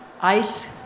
ice